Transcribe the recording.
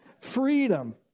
Freedom